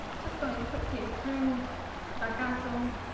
just going quickly through staccato,